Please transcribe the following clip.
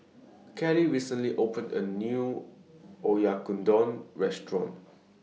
Kellee recently opened A New Oyakodon Restaurant